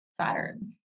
Saturn